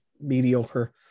mediocre